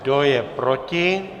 Kdo je proti?